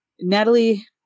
Natalie